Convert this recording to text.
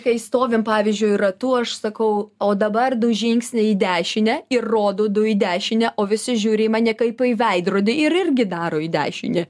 kai stovim pavyzdžiui ratu aš sakau o dabar du žingsniai į dešinę ir rodo du į dešinę o visi žiūri į mane kaip į veidrodį ir irgi daro į dešinę